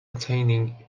attaining